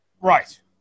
Right